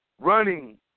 Running